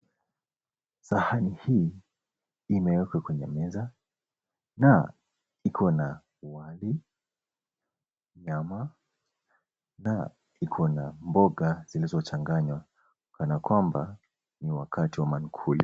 Sahani hii imewekwa kwenye meza na iko na wali, nyama, na iko na mboga zilizochanganywa kana kwamba ni wakati wa maankuli.